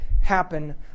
happen